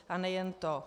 A nejen to.